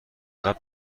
قبل